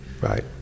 right